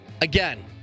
Again